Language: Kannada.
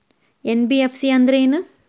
ಎನ್.ಬಿ.ಎಫ್.ಸಿ ಅಂದ್ರೇನು?